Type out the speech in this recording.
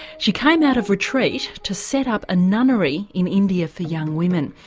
she came out of retreat to set up a nunnery in india for young women.